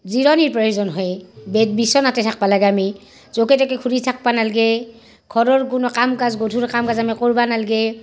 জিৰণিৰ প্ৰয়োজন হয়ে বিচনাতে থাকবা লাগে আমি য'তে ত'তে ঘূৰি থাকবা নালগে ঘৰৰ কোনো কাম কাজ গধুৰ কাম কাজ আমি কৰবা নালগে